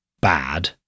bad